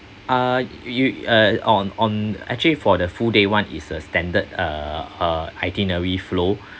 ah you uh on on actually for the full day one is a standard uh uh itinerary flow